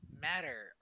matter